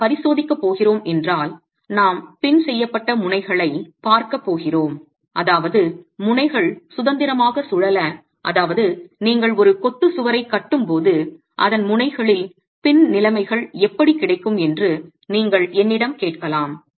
நாம் பரிசோதிக்கப் போகிறோம் என்றால் நாம் பின் செய்யப்பட்ட முனைகளைப் பார்க்கப் போகிறோம் அதாவது முனைகள் சுதந்திரமாக சுழல அதாவது நீங்கள் ஒரு கொத்துச் சுவரைக் கட்டும்போது அதன் முனைகளில் பின் நிலைமைகள் எப்படி கிடைக்கும் என்று நீங்கள் என்னிடம் கேட்கலாம்